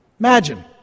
Imagine